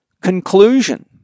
Conclusion